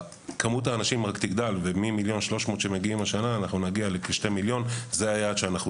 אנחנו בדיון היערכות